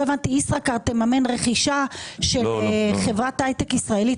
ישראכרט תממן רכישה של חברת הייטק ישראלית,